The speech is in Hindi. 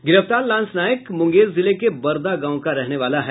गिरफ्तार लांस नायक मुंगेर जिले के बरदह गांव का रहने वाला है